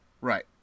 Right